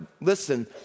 listen